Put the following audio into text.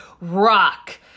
rock